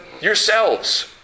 yourselves